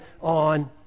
on